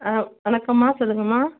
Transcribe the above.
ஆ வணக்கம்மா சொல்லுங்கம்மா